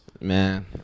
Man